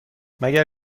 مگر